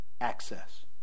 access